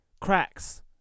Cracks